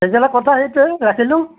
তেতিয়াহ'লে কথা সেইটোৱেই ৰাখিলোঁ